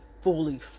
fully